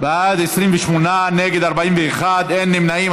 בעד, 28, נגד, 41, אין נמנעים.